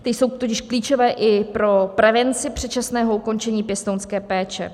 Ty jsou totiž klíčové i pro prevenci předčasného ukončení pěstounské péče.